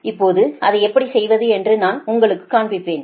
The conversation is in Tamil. இப்போது அதை எப்படிச் செய்வது என்று நான் உங்களுக்குக் காண்பிப்பேன்